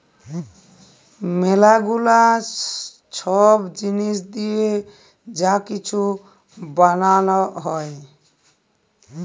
ম্যালা গুলা ছব জিলিস দিঁয়ে যা কিছু বালাল হ্যয়